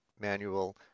manual